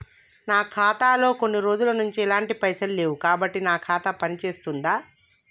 నా ఖాతా లో కొన్ని రోజుల నుంచి ఎలాంటి పైసలు లేవు కాబట్టి నా ఖాతా పని చేస్తుందా?